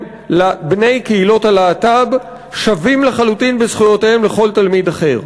בני קהילות הלהט"ב שווים לחלוטין בזכויותיהם לכל תלמיד אחר.